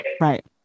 Right